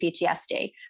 PTSD